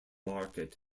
market